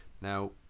now